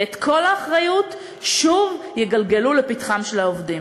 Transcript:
ואת כל האחריות שוב יגלגלו לפתחם של העובדים.